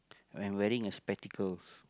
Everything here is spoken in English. and wearing a spectacles